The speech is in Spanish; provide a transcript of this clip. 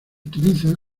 utiliza